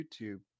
YouTube